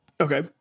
okay